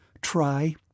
Try